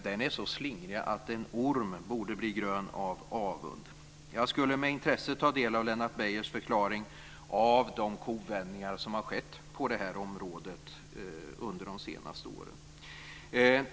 Den är så slingrig att en orm borde bli grön av avund. Jag skulle med intresse ta del av Lennart Beijers förklaring av de kovändningar som har skett på det här området under de senaste åren.